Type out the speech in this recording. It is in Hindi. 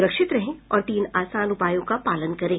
सुरक्षित रहें और इन तीन आसान उपायों का पालन करें